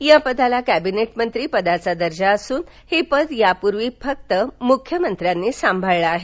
या पदाला क्रिनेट मंत्री पदाचा दर्जा असून हे पद यापूर्वी फक्त मुख्यमंत्र्यांनी सांभाळलं आहे